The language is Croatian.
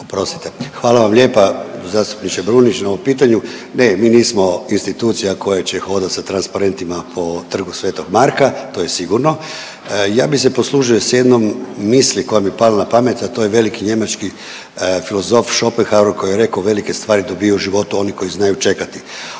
Ivan** Hvala vam lijepa zastupniče Brumnić na ovom pitanju. Ne, mi nismo institucija koja će hodati sa transparentnima po Trgu sv. Marka to je sigurno. Ja bih se poslužio sa jednom misli koja mi je pala na pamet a to je veliki njemački filozof Schopenhauer koji je rekao velike stvari dobivaju u životu oni koji znaju čekati.